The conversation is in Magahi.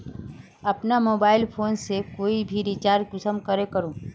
अपना मोबाईल फोन से कोई भी रिचार्ज कुंसम करे करूम?